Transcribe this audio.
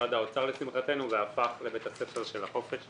ומשרד האוצר והפך ל"בית הספר של החגים".